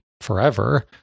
forever